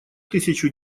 тысячу